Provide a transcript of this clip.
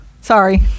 sorry